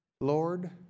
Lord